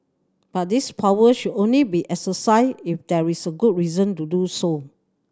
but this power should only be exercised if there is a good reason to do so